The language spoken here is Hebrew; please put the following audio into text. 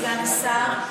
סגן השר,